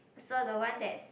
so the one that's